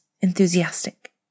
enthusiastic